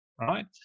right